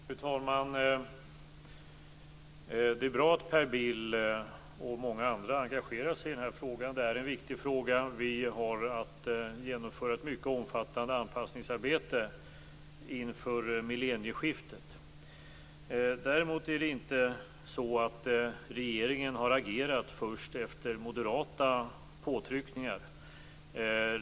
Fru talman! Det är bra att Per Bill och många andra engagerar sig i den här frågan. Det är en viktig fråga. Vi har att genomföra ett mycket omfattande anpassningsarbete inför millennieskiftet. Däremot är det inte så att regeringen har agerat först efter moderata påtryckningar.